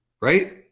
right